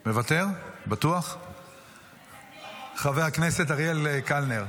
מוותר, חבר הכנסת אריאל קלנר,